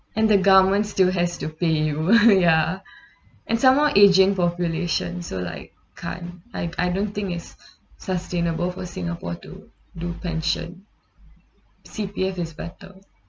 and the government still has to pay you ya and some more ageing populations so like can't I I don't think it's sustainable for singapore to do pension C_P_F is better